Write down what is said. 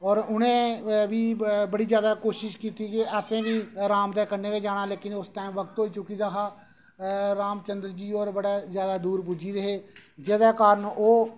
ते उ'नें बी बड़ी जैदा कोशिश कीती कि असें बी राम दे कन्नै गै जाना लेकिन उस टाइम वक्त होई चुकी दा हा राम चंद्र जी होर बड़े जैदा दूर पुज्जी गेदे हे जेह्दे कारण ओह्